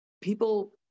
People